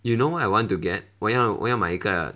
you know what I want to get 我要我要买一个